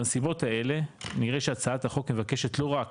בנסיבות האלה נראה שהצעת החוק מבקשת לא רק